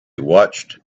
watched